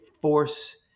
force